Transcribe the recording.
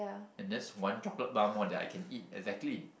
and that's one chocolate bar more than I can eat exactly